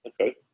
Okay